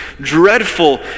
dreadful